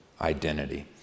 identity